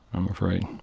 i'm afraid.